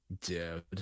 Dude